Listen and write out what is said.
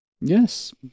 Yes